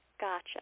Gotcha